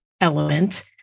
element